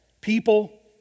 people